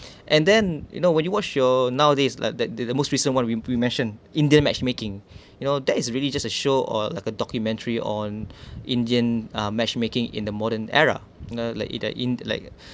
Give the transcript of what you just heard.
and then you know when you watch your nowadays like that the the most recent one we we mentioned indian matchmaking you know that is really just a show or like a documentary on indian uh matchmaking in the modern era uh like either in like